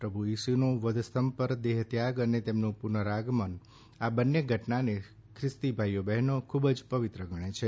પ્રભુ ઇસુનો વધસ્તંભ પર દેહત્યાગ અને તેમનું પુનરાગમન આ બંને ઘટનાને ખ્રિસ્તી ભાઈ બહેનો ખૂબ પવિત્ર ગણે છે